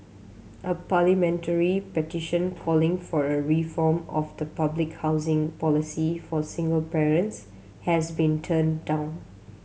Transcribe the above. a parliamentary petition calling for a reform of the public housing policy for single parents has been turned down